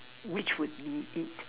which would be it